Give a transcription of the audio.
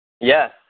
yes